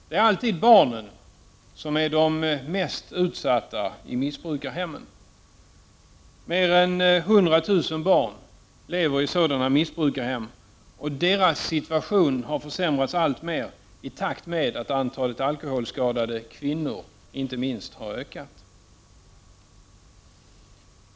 Det är alltid barnen som är de mest utsatta i missbrukarhemmen. Mer än 100 000 barn lever i sådana missbrukarhem, och deras situation har försämrats alltmer i takt med att inte minst antalet alkoholskadade kvinnor ökat.